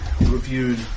reviewed